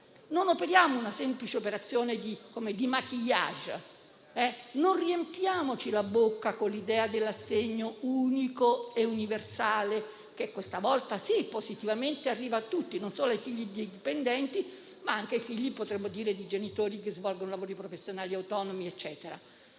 Non facciamo una semplice operazione di *maquillage*. Non riempiamoci la bocca con l'idea dell'assegno unico e universale che, questa volta sì positivamente, arriva a tutti, non solo ai figli di dipendenti, ma anche ai figli di genitori che svolgono lavori professionali autonomi e così